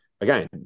again